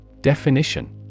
Definition